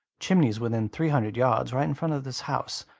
chimneys within three hundred yards, right in front of this house!